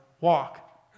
walk